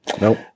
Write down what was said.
Nope